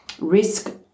risk